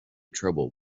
trouble